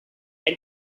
and